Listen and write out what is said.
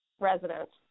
residents